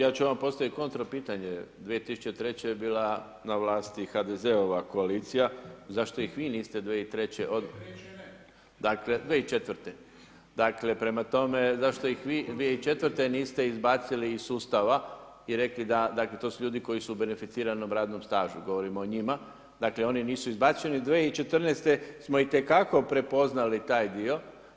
Ja ću vama postaviti kontra pitanje, 2003. je bila na vlasti HDZ-ova koalicija i zašto ih vi 2003. … [[Upadica se ne čuje.]] Dakle, 2004. prema tome zašto ih vi 2004. niste izbacili iz sustava i rekli, dakle, to su ljudi koji su u beneficiranom radnom stažu, govorimo o njima, dakle, oni nisu izbačeni, 2014. smo itekako prepoznali taj dio.